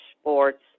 sports